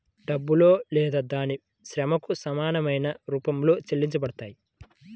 డబ్బులో లేదా దాని శ్రమకు సమానమైన రూపంలో చెల్లించబడతాయి